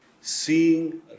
seeing